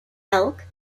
elk